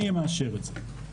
אני מאשר את זה.